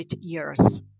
years